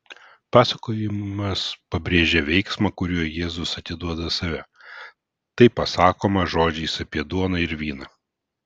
pasakojimas pabrėžia veiksmą kuriuo jėzus atiduoda save tai pasakoma žodžiais apie duoną ir vyną